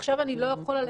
עכשיו אני לא יכול ללכת.